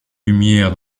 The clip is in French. lumière